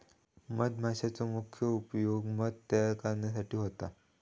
मधमाशांचो मुख्य उपयोग मध तयार करण्यासाठी होता